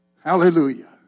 Hallelujah